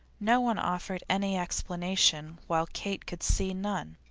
no one offered any explanation while kate could see none.